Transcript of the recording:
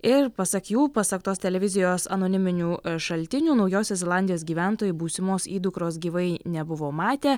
ir pasak jų pasak tos televizijos anoniminių šaltinių naujosios zelandijos gyventojai būsimos įdukros gyvai nebuvo matę